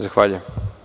Zahvaljujem.